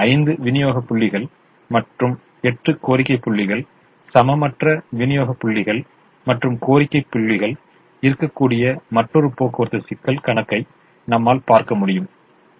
ஐந்து விநியோக புள்ளிகள் மற்றும் எட்டு கோரிக்கை புள்ளிகள் சமமற்ற விநியோக புள்ளிகள் மற்றும் கோரிக்கை புள்ளிகள் இருக்கக்கூடிய மற்றொரு போக்குவரத்து சிக்கல் கணக்கை நம்மால் பார்க்க முடியும் கொண்டிருக்கலாம்